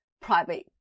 private